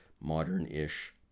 modern-ish